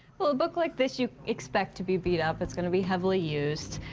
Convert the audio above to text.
well, a book like this you'd expect to be beat up. it's going to be heavily used.